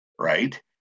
right